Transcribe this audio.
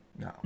No